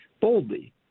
boldly